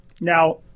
Now